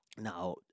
Now